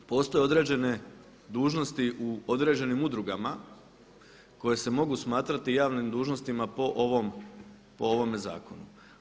Postoje određene dužnosti u određenim udrugama koje se mogu smatrati javnim dužnostima po ovome zakonu.